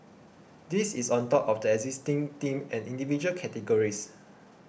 this is on top of the existing Team and Individual categories